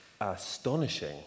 astonishing